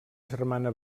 germana